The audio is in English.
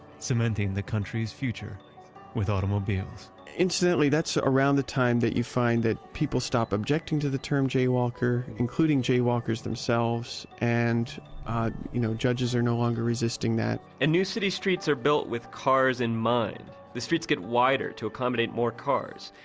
cementing the country's future with automobiles incidentally, that's around the time that you find that people stop objecting to the term jaywalker, including jaywalkers themselves and you know judges are no longer resisting that and new city streets are built with cars in mind. the streets get wider to accommodate more cars.